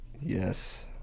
Yes